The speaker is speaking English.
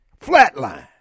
Flatline